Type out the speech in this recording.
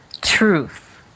truth